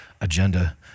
agenda